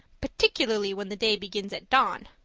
particularly when the day begins at dawn.